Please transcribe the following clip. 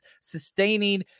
sustaining